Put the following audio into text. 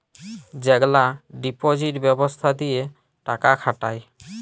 যেগলা ডিপজিট ব্যবস্থা দিঁয়ে টাকা খাটায়